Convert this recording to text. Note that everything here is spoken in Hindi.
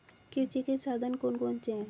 कृषि के साधन कौन कौन से हैं?